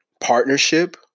partnership